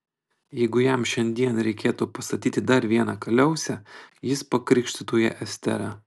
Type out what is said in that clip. jeigu jam šiandien reikėtų pastatyti dar vieną kaliausę jis pakrikštytų ją estera